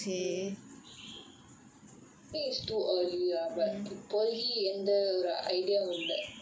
mm think it is too early lah but இப்போதிக்கு எந்த ஒரு:ipothikku entha oru idea இல்ல:illa